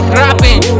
rapping